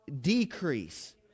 decrease